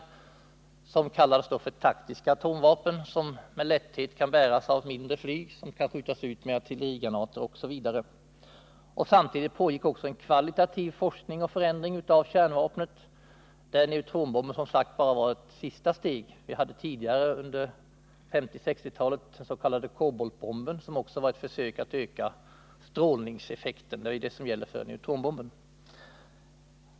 Dessa kallades då för taktiska atomvapen, som med lätthet kan bäras av mindre flyg och som kan skjutas ut med artillerigranater osv. Samtidigt pågick också en kvalitativ forskning och förändring av kärnvapnen, där neutronbomben som sagt var ett sista steg. Tidigare hade vi under 1950 och 1960-talen den s.k. koboltbomben, som också var ett försök att öka strålningseffekten — det är ju vad som gäller för neutronbomben.